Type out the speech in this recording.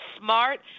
smart